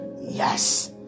Yes